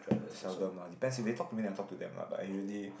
seldom ah depends if they talk to me I talk to them lah but I really